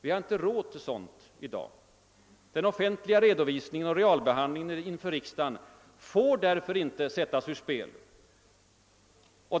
Vi har inte råd med sådant i dag. Den offentliga redovisningen och realbehandlingen inför riksdagen får därför inte sättas ur spel.